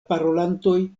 parolantoj